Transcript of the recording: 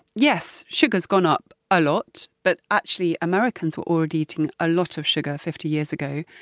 yes, sugar's gone up a lot, but actually americans were already eating a lot of sugar fifty years ago.